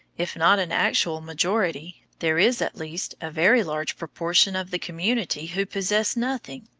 if not an actual majority, there is at least a very large proportion of the community who possess nothing.